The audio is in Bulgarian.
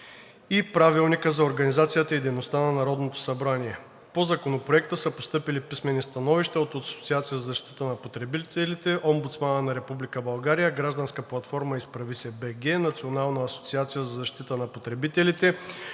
и Правилника за организацията и дейността на Народното събрание. По Законопроекта са постъпили писмени становища от Асоциацията за защита на потребителите, Омбудсмана на Република България, гражданската платформа „Изправи се. БГ“, Националната асоциация за защита на потребителите,